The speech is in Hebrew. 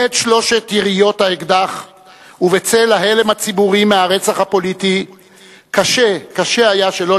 בהד שלוש יריות האקדח ובצל ההלם הציבורי מהרצח הפוליטי קשה היה שלא